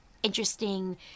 interesting